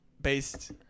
based